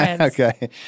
Okay